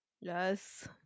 Yes